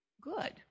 good